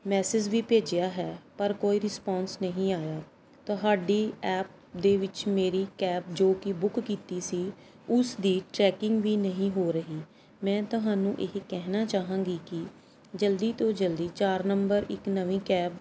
message ਵੀ ਭੇਜਿਆ ਹੈ ਪਰ ਕੋਈ ਰਿਸਪੋਂਸ ਨਹੀਂ ਆਇਆ ਤੁਹਾਡੀ ਐਪ ਦੇ ਵਿੱਚ ਮੇਰੀ ਕੈਬ ਜੋ ਕਿ ਬੁੱਕ ਕੀਤੀ ਸੀ ਉਸ ਦੀ ਚੈਕਿੰਗ ਵੀ ਨਹੀਂ ਹੋ ਰਹੀ ਮੈਂ ਤੁਹਾਨੂੰ ਇਹੀ ਕਹਿਣਾ ਚਾਹਾਂਗੀ ਕਿ ਜਲਦੀ ਤੋਂ ਜਲਦੀ ਚਾਰ ਨੰਬਰ ਇੱਕ ਨਵੀਂ ਕੈਬ